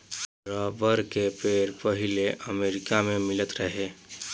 rubber के पेड़ पहिले अमेरिका मे मिलत रहे